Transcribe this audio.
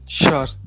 sure